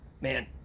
Man